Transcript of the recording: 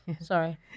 sorry